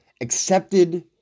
accepted